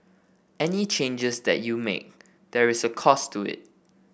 any changes that you make there is a cost to it